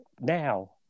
now